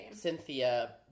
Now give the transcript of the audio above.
Cynthia